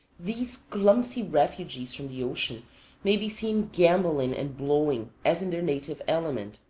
these clumsy refugees from the ocean may be seen gamboling and blowing as in their native element.